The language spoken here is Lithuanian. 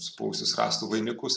supuvusius rąstų vainikus